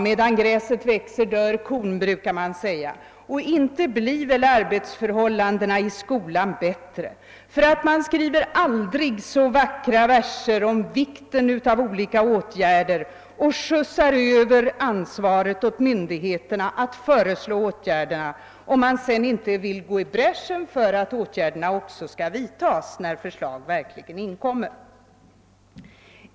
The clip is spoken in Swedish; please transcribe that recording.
Medan gräset växer dör kon, brukar man säga, och inte blir väl arbetsförhållandena i skolan bättre genom att man skriver aldrig så vackra verser om vikten av olika åtgärder och skjuter över ansvaret på myndigheterna att föreslå åtgärderna, om man sedan inte vill gå i bräschen för att åtgärderna också skall vidtas när förslag verkligen inkommer.